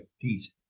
piece